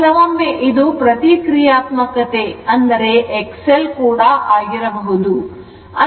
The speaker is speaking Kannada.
ಕೆಲವೊಮ್ಮೆಇದು ಪ್ರತಿ ಕ್ರಿಯಾತ್ಮಕತೆ ಆಗಿರಬಹುದು